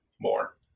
more